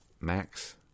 max